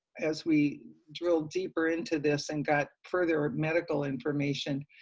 as we drilled deeper into this and got further medical information,